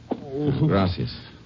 Gracias